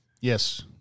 Yes